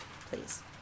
Please